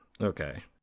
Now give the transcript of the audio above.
Okay